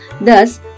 Thus